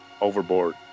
overboard